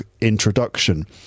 introduction